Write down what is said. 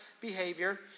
behavior